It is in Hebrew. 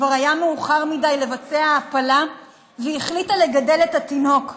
כבר היה מאוחר מדי לבצע הפלה והיא החליטה לגדל את התינוק.